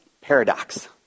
paradox